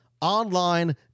online